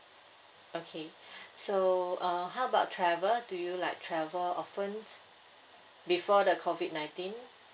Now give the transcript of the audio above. okay so uh how about travel do you like travel often before the COVID nineteen